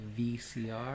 vcr